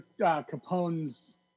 Capone's